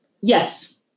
Yes